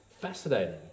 fascinating